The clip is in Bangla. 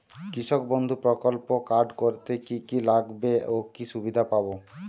কৃষক বন্ধু প্রকল্প কার্ড করতে কি কি লাগবে ও কি সুবিধা পাব?